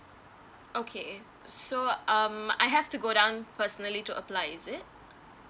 okay so um I have to go down personally to apply is it